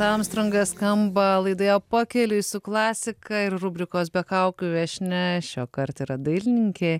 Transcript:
armstrongas skamba laidoje pakeliui su klasika ir rubrikos be kaukių viešnia šiuokart yra dailininkė